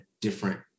different